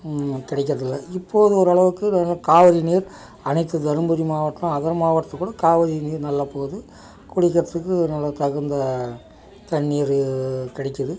கிடைக்குறதுல்ல இப்போது ஓரளவுக்கு காவிரி நீர் அனைத்து தருமபுரி மாவட்ட அதர் மாவட்டத்துக்கூட காவிரி நீர் நல்லா போது குடிக்கிறதுக்கு நல்லா தகுந்த தண்ணீர்ரு கிடைக்குது